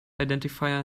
identifier